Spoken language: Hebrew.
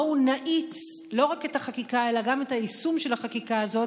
בואו נאיץ לא רק את החקיקה אלא גם את היישום של החקיקה הזאת,